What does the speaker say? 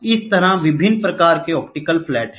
इस तरह विभिन्न प्रकार के ऑप्टिकल फ्लैट हैं